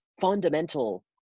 fundamental